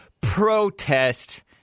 protest